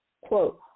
Quote